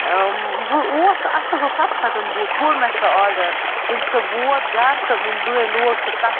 وَ اوس سُہ اصٕل سُہ اوس ستن ہتن بوٗٹھ کوٚر مےٚ سُہ آرڈر ییٚلہِ سُہ ووت گرٕ تہٕ میٲنۍ بٲے لوگ سُہ تتھ